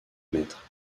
maître